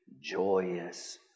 joyous